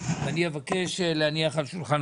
ואני מבקש להניח את המסקנות השולחן,